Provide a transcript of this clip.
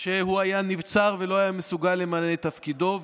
שהוא היה נבצר ולא היה מסוגל למלא את תפקידו.